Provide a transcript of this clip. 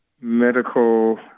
medical